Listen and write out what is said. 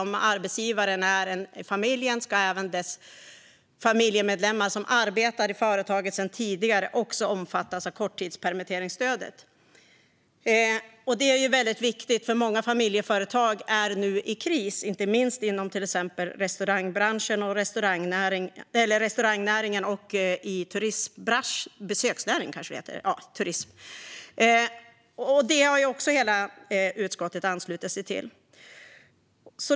Om arbetsgivaren är en del av familjen ska även de familjemedlemmar som arbetar i företaget sedan tidigare också omfattas av korttidspermitteringsstödet. Det är väldigt viktigt. Många familjeföretag är nu i kris. Det gäller inte minst inom till exempel restaurang och turistnäringen. Det har också hela utskottet anslutit sig till.